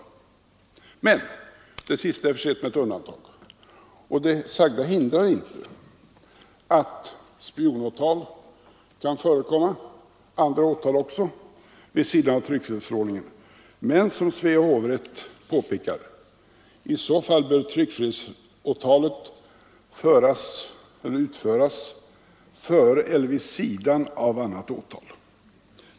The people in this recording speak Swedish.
Den sista bestämmelsen är dock försedd med ett undantag, och det sagda hindrar inte att spionåtal kan förekomma — och andra åtal också — vid sidan av tryckfrihetsförordningen. Som Svea hovrätt påpekar bör dock i så fall tryckfrihetsåtalet behandlas före eller vid sidan av annat åtal.